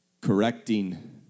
correcting